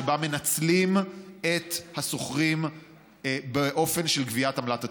שבה מנצלים את השוכרים באופן של גביית עמלת התיווך.